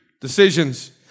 decisions